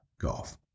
golf